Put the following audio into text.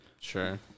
Sure